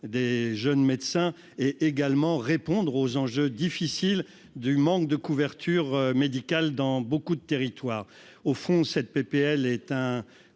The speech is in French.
des jeunes médecins et également répondre aux enjeux difficiles du manque de couverture médicale dans beaucoup de territoires au fond cette PPL contourne